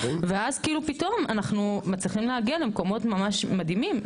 ואז כאילו פתאום אנחנו מצליחים להגיע למקומות ממש מדהימים.